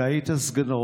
שהיית סגנו,